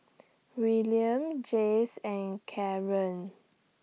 William Jayce and Karan